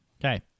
Okay